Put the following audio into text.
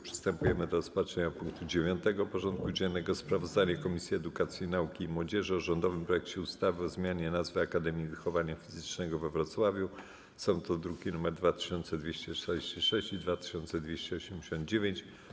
Przystępujemy do rozpatrzenia punktu 9. porządku dziennego: Sprawozdanie Komisji Edukacji, Nauki i Młodzieży o rządowym projekcie ustawy o zmianie nazwy Akademii Wychowania Fizycznego we Wrocławiu (druki nr 2246 i 2289)